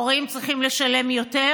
ההורים צריכים לשלם יותר,